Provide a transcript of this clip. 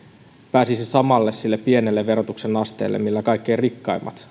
pääsisi sille samalle pienen verotuksen asteelle millä kaikkein rikkaimmat